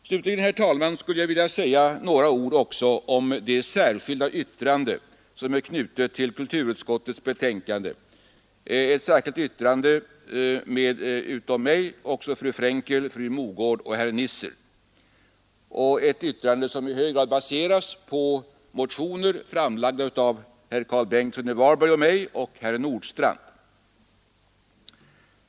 Slutligen vill jag också säga några ord om det särskilda yttrande av fru Frenkel, fru Mogård, herr Nisser och mig, som är avgivet till kulturutskottets förevarande betänkande. Det yttrandet baseras i hög grad på motioner väckta av Karl Bengtsson i Varberg, herr Nordstrandh och mig.